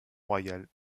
royal